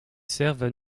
servent